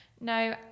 no